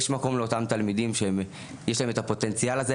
יש מקום לאותם תלמידים שיש להם את הפוטנציאל הזה,